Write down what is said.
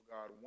God